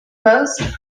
most